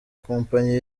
kompanyi